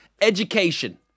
Education